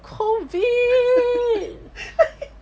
COVID